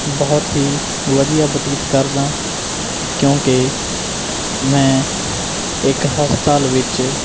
ਬਹੁਤ ਹੀ ਵਧੀਆ ਬਤੀਤ ਕਰਦਾ ਕਿਉਂਕਿ ਮੈਂ ਇੱਕ ਹਸਪਤਾਲ ਵਿੱਚ